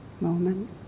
moment